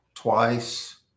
twice